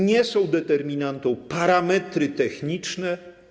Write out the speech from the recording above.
Nie są determinantą parametry techniczne.